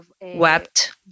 wept